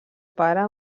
pare